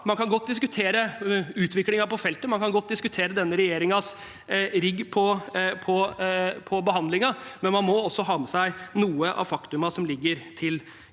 man kan godt diskutere utviklingen på feltet, man kan godt diskutere denne regjeringens rigg av behandlingen, men man må også ha med seg noen av faktaene som ligger til grunn.